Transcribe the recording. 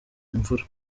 imvura